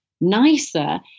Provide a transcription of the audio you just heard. Nicer